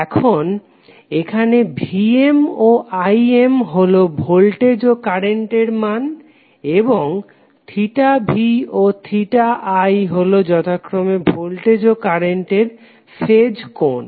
এখন এখানে Vm ও Im হলো ভোল্টেজ ও কারেন্টের মান এবং v ও i হলো যথাক্রমে ভোল্টেজ ও কারেন্টের ফেজ কোণ